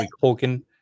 Colgan